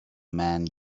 man